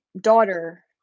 daughter